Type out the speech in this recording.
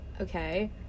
Okay